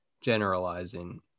generalizing